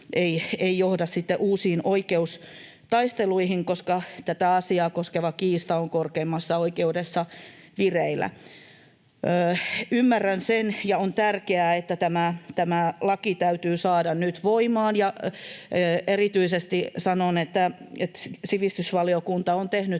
ei johda sitten uusiin oikeustaisteluihin, koska tätä asiaa koskeva kiista on korkeimmassa oikeudessa vireillä. Ymmärrän sen ja on tärkeää, että tämä laki täytyy saada nyt voimaan, ja erityisesti sanon, että sivistysvaliokunta on tehnyt